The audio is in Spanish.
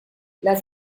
las